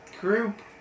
group